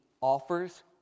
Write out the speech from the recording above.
offers